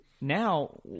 now